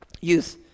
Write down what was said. youth